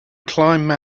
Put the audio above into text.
climb